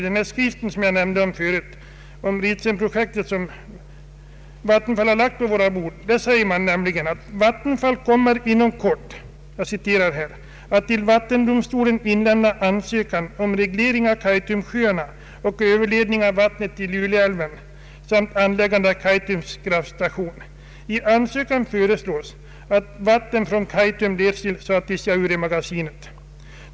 Den skrivelse om Ritsemprojektet som Vattenfall lagt på våra bord är intressant. I den säger man: ”Vattenfall kommer inom kort att till vattendomstolen inlämna ansökan om reglering av Kaitumsjöarna och överledning av vattnet till Luleälven samt anläggande av Kaitums kraftstation. I ansökan föreslås, att vatten från Kaitum leds till Satisjauremagasinet.